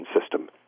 system